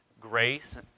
grace